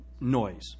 Noise